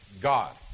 God